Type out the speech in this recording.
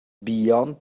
beyond